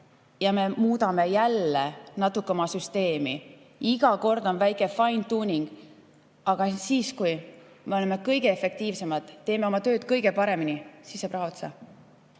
ja me muudame jälle natuke oma süsteemi. Iga kord on väikefine‑tuning. Paraku siis, kui me oleme kõige efektiivsemad, teeme oma tööd kõige paremini, saab raha otsa.